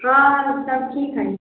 कल परसू खन